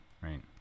right